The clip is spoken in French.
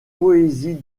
poésie